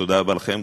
תודה רבה לכם,